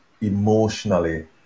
emotionally